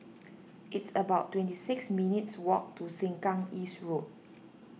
it's about twenty six minutes' walk to Sengkang East Road